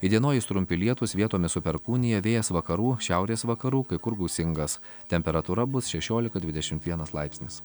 įdienojus trumpi lietūs vietomis su perkūnija vėjas vakarų šiaurės vakarų kai kur gūsingas temperatūra bus šešiolika dvidešimt vienas laipsnis